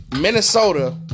Minnesota